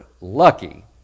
lucky